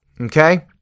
Okay